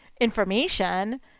information